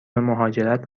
مهاجرت